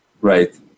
Right